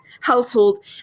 household